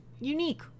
unique